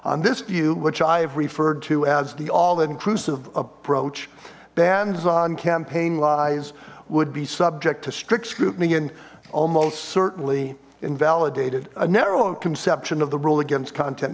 on this view which i have referred to as the all inclusive approach bans on campaign lies would be subject to strict scrutiny and almost certainly invalidated a narrower conception of the rule against content